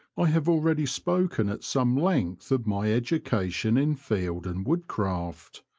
i have already spoken at some length of my education in field and wood-craft.